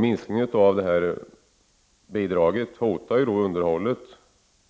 Minskningen av bidraget hotar underhållet